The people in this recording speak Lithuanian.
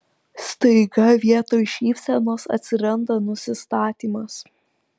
staiga vietoj šypsenos atsiranda nusistatymas